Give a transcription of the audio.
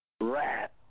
Rat